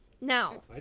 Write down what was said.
Now